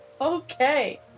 Okay